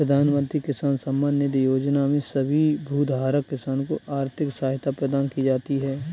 प्रधानमंत्री किसान सम्मान निधि योजना में सभी भूधारक किसान को आर्थिक सहायता प्रदान की जाती है